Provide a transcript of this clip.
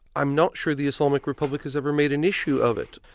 i'm not sure the islamic republic has ever made an issue of it,